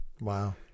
Wow